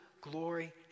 glory